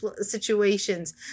situations